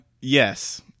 yes